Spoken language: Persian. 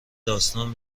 داستان